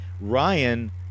Ryan